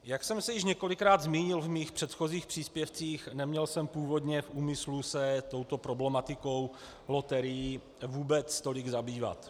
Jak jsem se již několikrát zmínil ve svých předchozích příspěvcích, neměl jsem původně v úmyslu se touto problematikou loterií vůbec tolik zabývat.